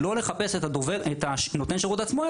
לא לחפש את נותן השירות עצמו,